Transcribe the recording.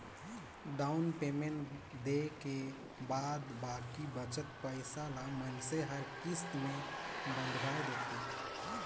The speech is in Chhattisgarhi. डाउन पेमेंट देय के बाद बाकी बचत पइसा ल मइनसे हर किस्त में बंधवाए देथे